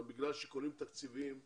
בגלל שיקולים תקציביים בעיקר,